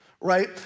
right